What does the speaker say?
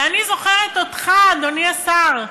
ואני זוכרת אותך, אדוני השר,